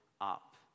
up